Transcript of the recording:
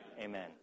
Amen